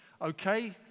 Okay